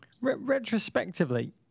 Retrospectively